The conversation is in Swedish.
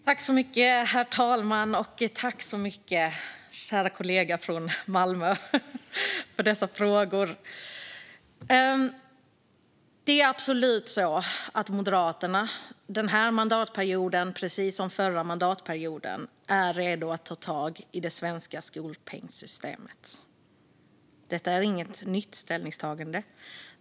Herr talman! Jag tackar min kära kollega från Malmö för dessa frågor. Det är absolut så att Moderaterna under denna mandatperiod, precis som under den förra mandatperioden, är redo att ta tag i det svenska skolpengssystemet. Detta är inget nytt ställningstagande.